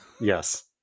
Yes